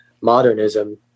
modernism